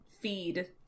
feed